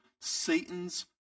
Satan's